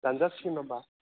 दानजासिगोन नङा होमब्ला